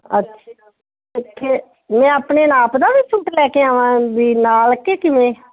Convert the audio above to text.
ਅੱਛ ਮੈਂ ਆਪਣੇ ਨਾਪ ਦਾ ਵੀ ਸੂਟ ਲੈ ਕੇ ਆਵਾਂ ਵੀ ਨਾਲ ਕਿ ਕਿਵੇਂ